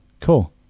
cool